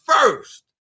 first